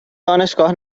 دانشگاه